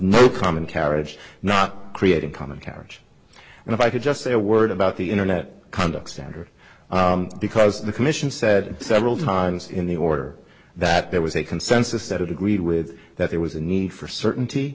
no common carriage not creating common carriage and if i could just say a word about the internet conduct standard because the commission said several times in the order that there was a consensus that would agree with that there was a need for certainty